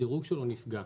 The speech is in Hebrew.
הדירוג שלו נפגע.